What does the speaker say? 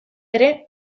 ere